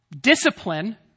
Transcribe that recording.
discipline